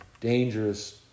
dangerous